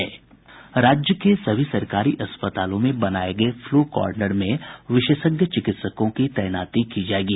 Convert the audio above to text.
राज्य के सभी सरकारी अस्पतालों में बनाये गये फ्लू कॉर्नर में विशेषज्ञ चिकित्सकों की तैनाती की जायेगी